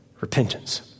repentance